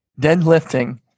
deadlifting